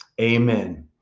amen